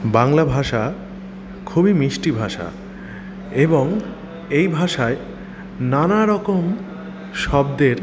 বাংলা ভাষা খুবই মিষ্টি ভাষা এবং এই ভাষায় নানারকম শব্দের